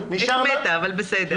הייתי מתה, אבל בסדר.